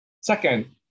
Second